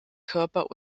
körper